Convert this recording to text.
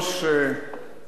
חברי חברי הכנסת,